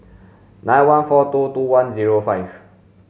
nine one four two two one zero five